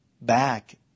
back